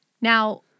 Now